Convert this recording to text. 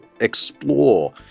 explore